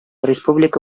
республика